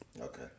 Okay